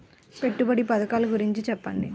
పెట్టుబడి పథకాల గురించి చెప్పండి?